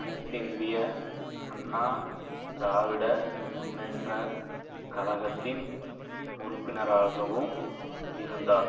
அனைத்திந்திய அண்ணா திராவிட முன்னேற்றக் கழகத்தின் உறுப்பினராகவும் இருந்தார்